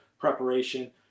preparation